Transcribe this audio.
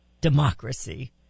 democracy